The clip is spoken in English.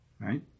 Right